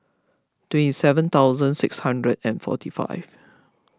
twenty seven thousand six hundred and forty five